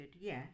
yes